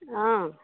অঁ